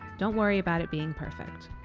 don't worry about it being perfect.